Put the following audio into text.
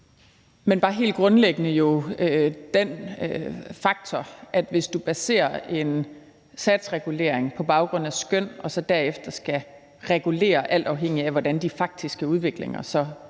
Men bare helt grundlæggende vil jeg nævne den faktor, at hvis du baserer en satsregulering på baggrund af skøn og så derefter skal regulere, alt afhængigt af hvordan de faktiske udviklinger så